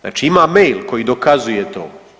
Znači ima mail koji dokazuje to.